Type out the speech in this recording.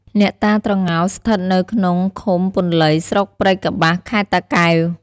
អ្នកតាត្រងោល ស្ថិតនៅក្នុងឃុំពន្លៃ ស្រុកព្រៃកប្បាស ខេត្ត តាកែវ ។